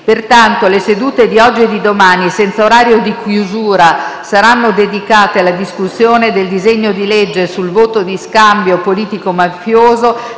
Pertanto, le sedute di oggi e di domani, senza orario di chiusura, saranno dedicate alla discussione del disegno di legge sul voto di scambio politico-mafioso,